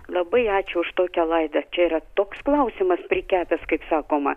labai ačiū už tokią laidą čia yra toks klausimas prikepęs kaip sakoma